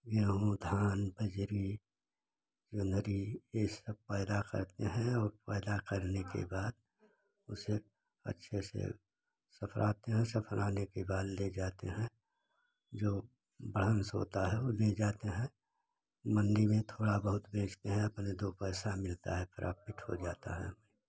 गेहूँ धान पंजरी गंगघरी ये सब पैदा करते हैं और पैदा करने के बाद उसे अच्छे से सफरते है सफरने के बाद ले जाते हैं जो बढ़रंस होता है वो भी जाता है मंडी में थोड़ा बहुत बेचते हैं फिर दो पैसा मिलता है प्राफ़िट हो जाता है